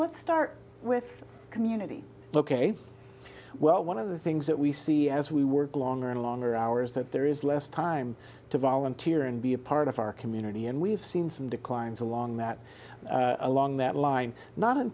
let's start with community ok well one of the things that we see as we work longer and longer hours that there is less time to volunteer and be a part of our community and we've seen some declines along that along that line not in